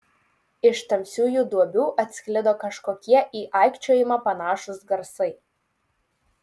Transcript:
iš tamsiųjų duobių atsklido kažkokie į aikčiojimą panašūs garsai